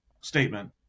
statement